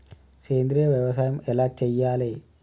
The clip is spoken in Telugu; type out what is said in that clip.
సేంద్రీయ వ్యవసాయం ఎలా చెయ్యాలే?